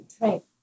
Right